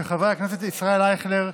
של חברי הכנסת ישראל אייכלר,